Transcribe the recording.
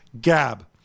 gab